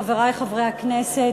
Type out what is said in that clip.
חברי חברי הכנסת,